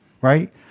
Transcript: right